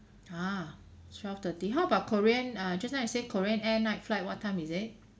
ha twelve thirty how about korean uh just now you say korean air night flight what time is it